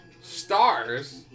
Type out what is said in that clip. Stars